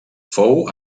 fou